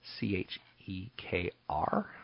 C-H-E-K-R